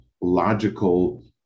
logical